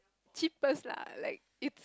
cheapest lah like it's